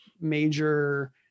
major